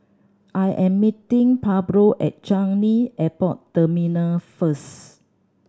I am meeting Pablo at Changi Airport Terminal first